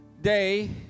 day